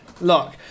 Look